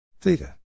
Theta